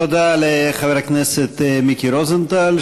תודה לחבר הכנסת מיקי רוזנטל,